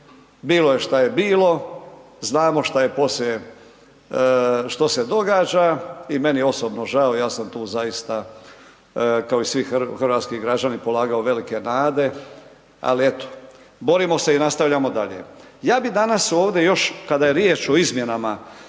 bilo je šta je bilo, znamo što je poslije što se događa i meni je osobno žao, ja sam tu zaista kao i svi hrvatski građani polagao velike nade, ali eto borimo se i nastavljamo dalje. Ja bi danas ovdje još kada je riječ o izmjenama